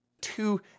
two